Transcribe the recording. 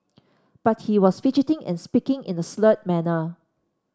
but he was fidgeting and speaking in a slurred manner